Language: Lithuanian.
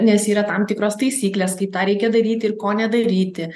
nes yra tam tikros taisyklės kaip tą reikia daryti ir ko nedaryti